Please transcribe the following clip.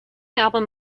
album